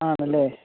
ആണല്ലേ